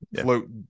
float